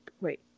wait